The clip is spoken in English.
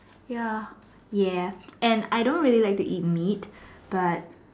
ya ya and I don't really like to eat meat but